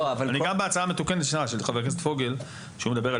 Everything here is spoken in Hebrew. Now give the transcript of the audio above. גם בהצעה המתוקנת של חבר הכנסת פוגל שהוא מדבר על